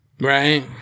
Right